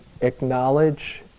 acknowledge